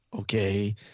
okay